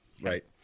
right